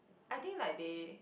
I think like they